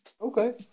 okay